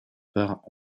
part